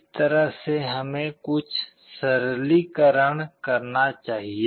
इस तरह से हमें कुछ सरलीकरण करना चाहिए